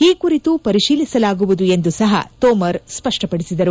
ಈ ಕುರಿತು ಪರಿಶೀಲಿಸಲಾಗುವುದು ಎಂದು ಸಹ ತೋಮರ್ ಸ್ಪಷ್ಟಪಡಿಸಿದರು